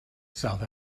south